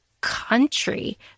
country